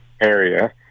area